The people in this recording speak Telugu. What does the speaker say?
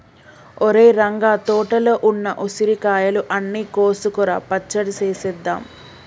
ఒరేయ్ రంగ తోటలో ఉన్న ఉసిరికాయలు అన్ని కోసుకురా పచ్చడి సేసేద్దాం